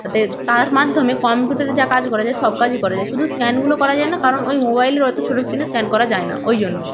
তাতে তার মাধ্যমে কম্পিউটারে যা কাজ করা যায় সব কাজই করা যায় শুধু স্ক্যানগুলো করা যায় না কারণ ওই মোবাইলের অত ছোটো স্ক্রিনে স্ক্যান করা যায় না ওই জন্য